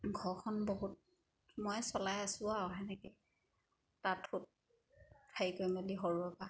ঘৰখন বহুত মই চলাই আছোঁ আৰু সেনেকৈয়ে তাঁত সোত হেৰি কৰি মেলি সৰুৰেপৰা